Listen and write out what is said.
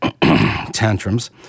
tantrums